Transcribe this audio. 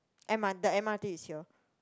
m_r the m_r_t is here